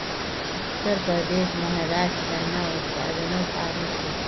उत्तरप्रदेश, महाराष्ट्र गन्नार उत्पादनोत आगू छे